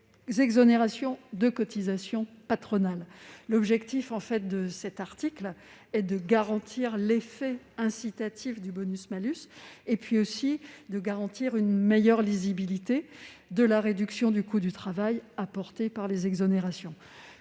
exonérations de cotisations patronales. L'objectif de l'article 7 est de garantir l'effet incitatif du bonus-malus, ainsi qu'une meilleure lisibilité de la réduction du coût du travail apportée par les exonérations.